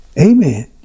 Amen